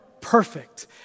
perfect